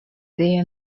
their